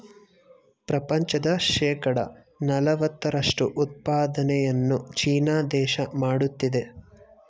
ಪ್ರಪಂಚದ ಶೇಕಡ ನಲವತ್ತರಷ್ಟು ಉತ್ಪಾದನೆಯನ್ನು ಚೀನಾ ದೇಶ ಮಾಡುತ್ತಿದೆ